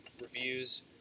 reviews